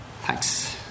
Thanks